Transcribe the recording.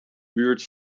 buurt